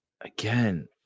again